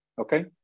okay